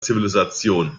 zivilisation